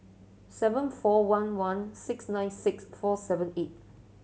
seven four one one six nine six four seven eight